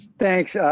thanks, yeah